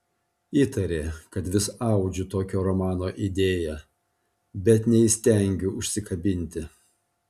įtarė kad vis audžiu tokio romano idėją bet neįstengiu užsikabinti